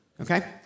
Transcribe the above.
okay